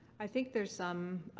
i think there's some,